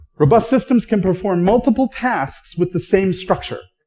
robust systems can perform multiple tasks with the same structure.